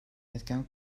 etken